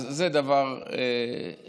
אז זה דבר אחד.